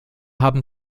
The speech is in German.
haben